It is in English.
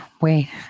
Wait